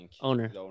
Owner